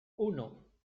uno